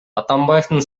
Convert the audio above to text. атамбаевдин